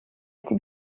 été